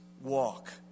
Walk